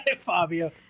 Fabio